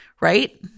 right